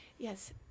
Yes